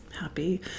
happy